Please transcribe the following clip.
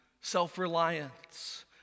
Self-reliance